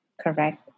correct